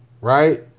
Right